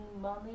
money